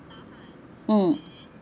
mm